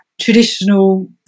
traditional